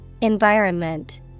Environment